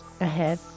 ahead